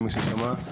למי ששמע.